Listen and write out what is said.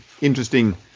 Interesting